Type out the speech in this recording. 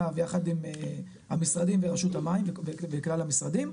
ויחד עם המשרדים ברשות המים וכלל המשרדים,